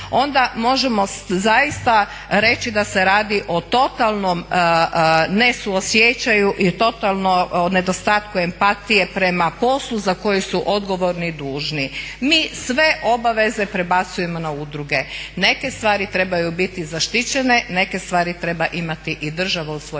Onda možemo zaista reći da se radi o totalnom ne suosjećaju i totalno nedostatku empatije prema poslu z akoje su odgovorni i dužni. Mi sve obaveze prebacujemo na udruge. Neke stvari trebaju biti zaštićene, neke stvari treba imati i država u svojim rukama,